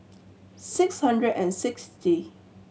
six hundred and sixty